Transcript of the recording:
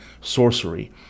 sorcery